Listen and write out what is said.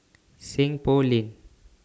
Seng Poh Lane